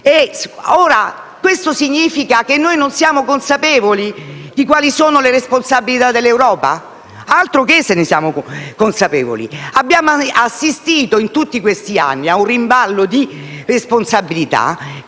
Ciò significa che non siamo consapevoli delle responsabilità dell'Europa? Altroché, se ne siamo consapevoli. Abbiamo assistito in tutti questi anni a un rimpallo di responsabilità e